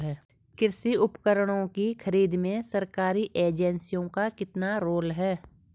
कृषि उपकरण की खरीद में सरकारी एजेंसियों का कितना रोल है?